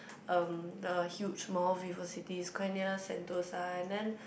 um the huge mall VivoCity it's quite near Sentosa and then